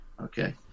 Okay